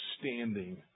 standing